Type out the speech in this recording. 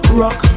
rock